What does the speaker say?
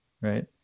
right